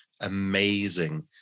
amazing